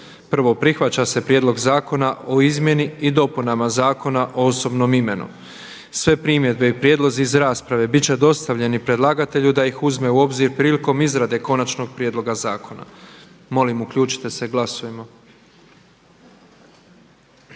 „1. Prihvaća se prijedlog Zakona o izmjenama i dopunama Zakona o izvlaštenju i određivanju naknade. 2. Sve primjedbe i prijedlozi iz rasprave biti će dostavljeni predlagatelju da ih uzme u obzir prilikom izrade konačnog prijedloga zakona.“. Molim uključite se, glasujmo.